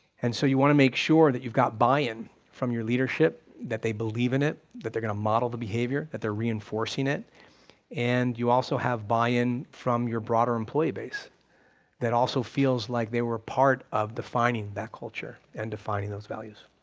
and so you want to make sure that you've got buy in from your leadership, that they believe in it, that they're going to model the behavior, that they're reinforcing it and you also have buy in from your broader employee base that also feels like they were a part of defining that culture and defining those values.